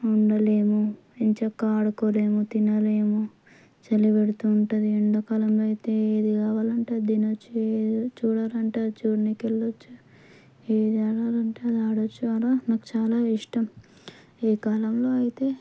ఉండలేము ఎంచక్కా ఆడుకోలేము తినలేము చలి పెడుతూ ఉంటుంది ఎండాకాలం అయితే ఏది కావాలంటే అది తినవచ్చు ఏది చూడాలంటే అది చూడనీకి వెళ్ళవచ్చు ఏది ఆడాలంటే అది ఆడవచ్చు అలా నాకు చాలా ఇష్టం ఏ కాలంలో అయితే